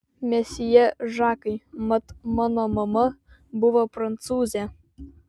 mesjė žakai mat mano mama buvo prancūzė